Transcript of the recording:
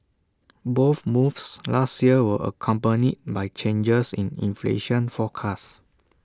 both moves last year were accompanied by changes in inflation forecast